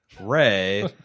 Ray